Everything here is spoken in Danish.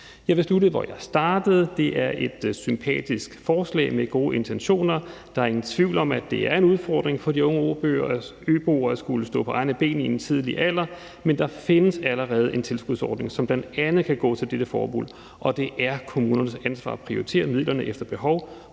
Jeg vil slutte, hvor jeg startede, altså at det er et sympatisk forslag med gode intentioner, og at der ikke er nogen tvivl om, at det er en udfordring for de unge øboere at skulle stå på egne bo ben i en tidlig alder, men at der allerede findes en tilskudsordning, som bl.a. kan gå til dette formål, og at det er kommunernes ansvar at prioritere midlerne efter behov.